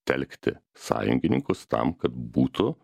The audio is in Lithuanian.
telkti sąjungininkus tam kad būtų